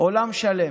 עולם שלם.